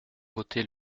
voté